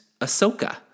Ahsoka